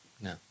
No